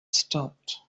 stopped